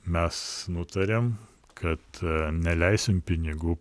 mes nutarėm kad neleisim pinigų